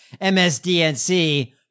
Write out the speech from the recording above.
MSDNC